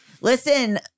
listen